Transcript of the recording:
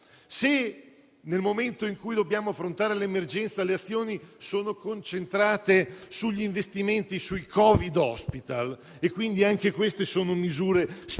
se, nel momento in cui dobbiamo affrontare l'emergenza, le azioni sono concentrate sugli investimenti, sui Covid hospital - anche queste sono misure specifiche